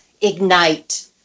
ignite